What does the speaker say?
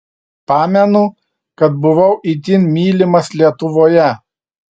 pamenu kad buvau itin mylimas lietuvoje